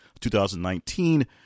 2019